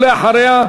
ואחריה,